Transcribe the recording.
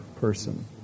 person